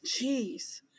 Jeez